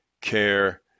care